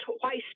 twice